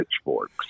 pitchforks